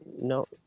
no